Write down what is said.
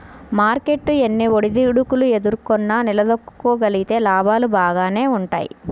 market ఎన్ని ఒడిదుడుకులు ఎదుర్కొన్నా నిలదొక్కుకోగలిగితే లాభాలు బాగానే వుంటయ్యి